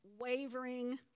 wavering